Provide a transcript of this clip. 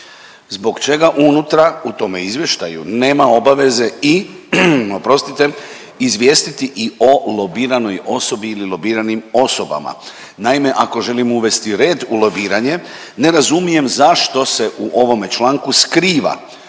Zbog čega unutra u tome izvještaju nema obaveze i oprostite, izvijestiti i o lobiranoj osobi ili lobiranim osobama. Naime, ako želimo uvesti red u lobiranje, ne razumijem zašto se u ovome članku skriva